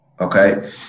Okay